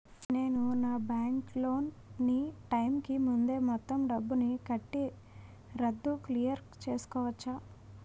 నేను నా bank loan నీ టైం కీ ముందే మొత్తం డబ్బుని కట్టి రద్దు క్లియర్ చేసుకోవచ్చా?